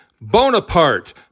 Bonaparte